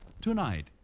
tonight